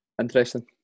Interesting